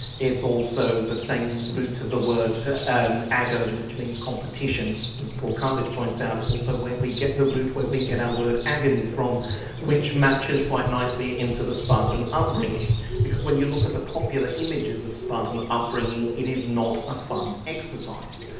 it's also the same route of the word um agon which means competition and as paul cartledge points ah out, it's also where we get the root where we get our word agony from which matches quite nicely into the spartan upbringing because when you look at the popular images of spartan upbringing it is not a fun exercise.